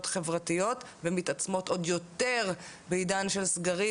חברתיות ומתעצמות עוד יותר בעידן של סגרים,